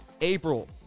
April